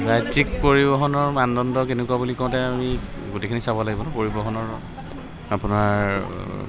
ৰাজ্যিক পৰিবহণৰ মানদণ্ড কেনেকুৱা বুলি কওঁতে আমি গোটেইখিনি চাব লাগিব পৰিবহণৰ আপোনাৰ